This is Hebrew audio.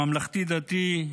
הממלכתי-דתי,